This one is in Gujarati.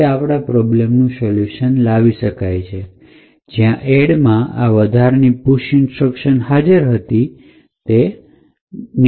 આ રીતે આપણે આ પ્રોબ્લેમ નું સોલ્યુશન લાવી શક્યા કે જ્યાં એડમાં આ વધારાની પુશ ઇન્સ્ટ્રક્શન હાજર હતી